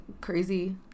crazy